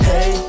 Hey